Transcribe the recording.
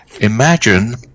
imagine